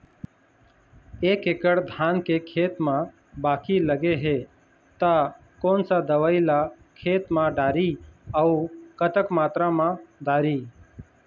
एक एकड़ धान के खेत मा बाकी लगे हे ता कोन सा दवई ला खेत मा डारी अऊ कतक मात्रा मा दारी?